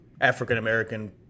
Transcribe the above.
African-American